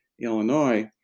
Illinois